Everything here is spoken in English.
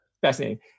Fascinating